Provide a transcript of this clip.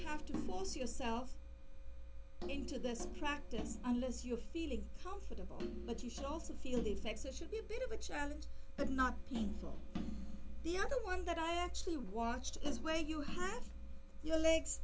have to force yourself into this practice unless you're feeling comfortable but you should also feel effexor should be a bit of a challenge but not painful the other one that i actually watched is where you have your